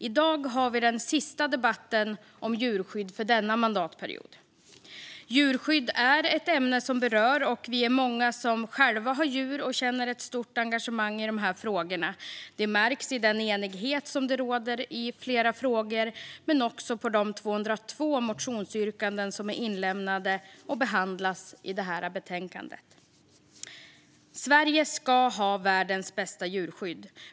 I dag har vi den sista debatten om djurskydd för denna mandatperiod. Djurskydd är ett ämne som berör, och vi är många som själva har djur och känner ett stort engagemang i dessa frågor. Det märks i den enighet det råder i flera frågor men också på de 202 motionsyrkanden som är inlämnade och behandlas i detta betänkande. Sverige ska ha världens bästa djurskydd.